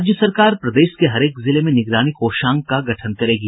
राज्य सरकार प्रदेश के हरेक जिले में निगरानी कोषांग का गठन करेगी